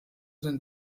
den